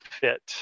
fit